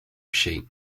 sheet